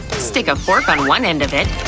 stick a fork on one end of it,